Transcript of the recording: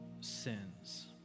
sins